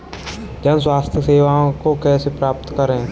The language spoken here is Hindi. जन स्वास्थ्य सेवाओं को कैसे प्राप्त करें?